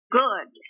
good